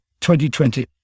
2020